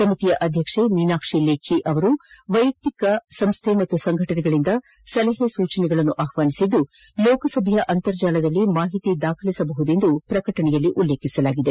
ಸಮಿತಿ ಅಧ್ಯಕ್ಷಿ ಮೀನಾಕ್ಷಿ ಲೇಖ ಅವರು ವೈಯಕ್ಷಿಕ ಸಂಸ್ಥೆ ಮತ್ತು ಸಂಘಟನೆಗಳಿಂದ ಸಲಹೆ ಸೂಚನೆಗಳನ್ನು ಆಹ್ವಾನಿಸಿದ್ದು ಲೋಕಸಭೆಯ ಅಂತರ್ಜಾಲದಲ್ಲಿ ಮಾಹಿತಿಯನ್ನು ದಾಖಲಿಸಬಹುದೆಂದು ಪ್ರಕಟಣೆಯಲ್ಲಿ ಉಲ್ಲೇಖಿಸಲಾಗಿದೆ